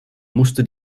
musste